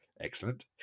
Excellent